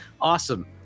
Awesome